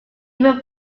even